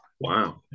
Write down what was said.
Wow